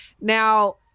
Now